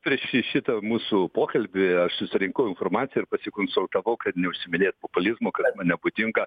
prieš šitą mūsų pokalbį aš susirinkau informaciją ir pasikonsultavau kad neužsiiminėt populizmu kas man nepatinka